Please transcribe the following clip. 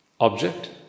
object